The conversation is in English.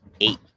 Eight